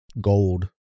gold